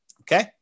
Okay